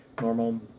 normal